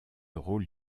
rôle